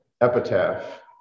epitaph